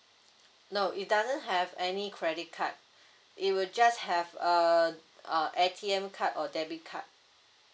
no it doesn't have any credit card it will just have a a A_T_M card or debit card